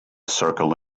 circle